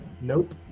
Nope